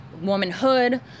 womanhood